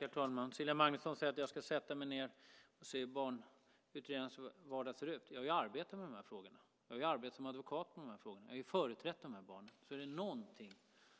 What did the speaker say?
Herr talman! Cecilia Magnusson säger att jag ska sätta mig ned och se hur barnutredarnas vardag ser ut. Jag har arbetat med de här frågorna. Jag har arbetat som advokat med de här frågorna. Jag har företrätt de här barnen. Är det någonting